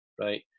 right